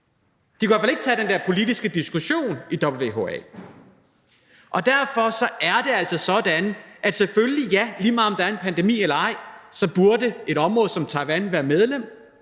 De kunne i hvert fald ikke tage den der politiske diskussion i WHA. Derfor er det altså sådan, at ja, selvfølgelig, lige meget om der er en pandemi eller ej, burde et område som Taiwan være medlem,